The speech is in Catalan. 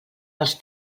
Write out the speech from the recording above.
els